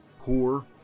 poor